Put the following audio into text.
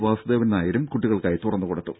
വാസുദേവൻ നായരും കുട്ടികൾക്കായി തുറന്നുകൊടുത്തു